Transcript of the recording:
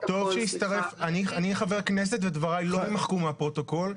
אני חבר כנסת ודבריי לא ימחקו מהפרוטוקול.